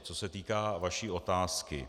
Co se týká vaší otázky.